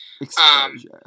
Exposure